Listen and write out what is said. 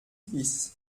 bis